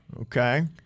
Okay